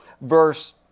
verse